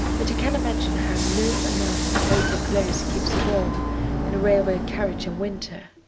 but you can imagine how no amount of coats or clothes keeps you warm in a railway carriage in winter.